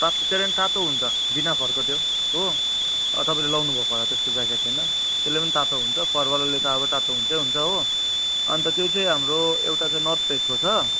तातो त्यसले नि तातो हुन्छ बिना फरको त्यो हो अब तपाईँले लाउनु भएको होला त्यस्तो ज्याकेट होइन त्यसले नि तातो हुन्छ फर वालाले त अब तातो हुन्छै हुन्छ हो अन्त त्यो चाहिँ हाम्रो एउटा चाहिँ नर्थ फेसको छ